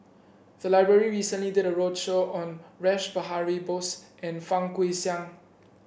the library recently did a roadshow on Rash Behari Bose and Fang Guixiang